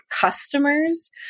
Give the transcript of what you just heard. customers